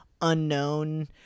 unknown